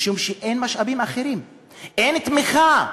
משום שאין משאבים אחרים, אין תמיכה.